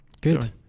Good